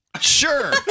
Sure